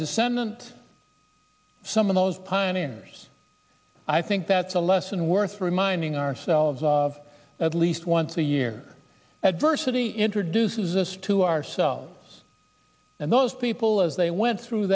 descendant some of those pioneers i think that's a lesson worth reminding ourselves of at least once a year adversity introduces us to ourselves and those people as they went through